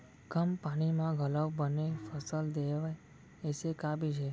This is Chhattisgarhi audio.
कम पानी मा घलव बने फसल देवय ऐसे का बीज हे?